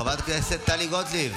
חברת הכנסת טלי גוטליב,